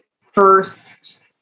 first